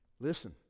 listen